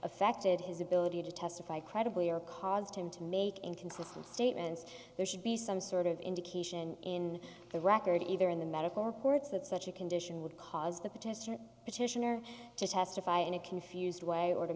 affected his ability to testify credibly or caused him to make inconsistent statements there should be some sort of indication in the record either in the medical reports that such a condition would cause the protest or petitioner to testify in a confused way or to